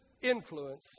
influence